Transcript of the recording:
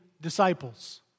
disciples